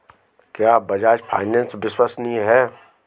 क्या बजाज फाइनेंस विश्वसनीय है?